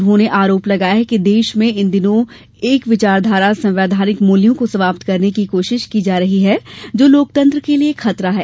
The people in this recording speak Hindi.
उन्होंने आरोप लगाया कि देश में इन दिनों एक विचार धारा संवैधानिक मूल्यों को समाप्त करने की कोशिश की जा रही है जो लोकतंत्र के लिये खतरा है